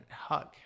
hug